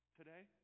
today